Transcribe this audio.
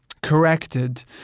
corrected